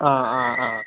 ആ ആ ആ